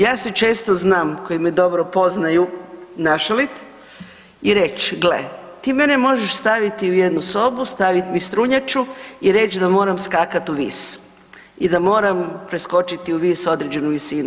Ja se često znam koji me dobro poznaju našaliti i reć, gle ti mene možeš staviti u jednu sobu, stavit mi strunjaču i reći mi da moram skakati u vis i da moram preskočiti u vis određenu visinu.